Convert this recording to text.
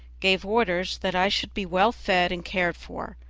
gave orders that i should be well fed and cared for,